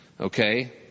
Okay